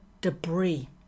debris